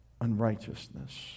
unrighteousness